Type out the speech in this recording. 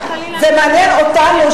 זה מעניין אותנו,